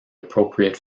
appropriate